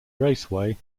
raceway